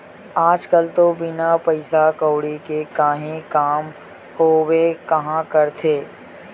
आज कल तो बिना पइसा कउड़ी के काहीं काम होबे काँहा करथे